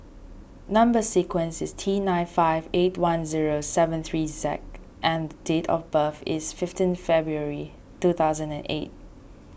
Number Sequence is T nine five eight one zero seven three Z and date of birth is fifteen February two thousand and eight